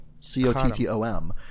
C-O-T-T-O-M